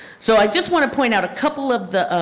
so i just want to point out a couple of the